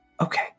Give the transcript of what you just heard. Okay